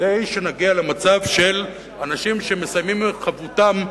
כדי שנגיע למצב של אנשים שמסיימים את חבותם במועד.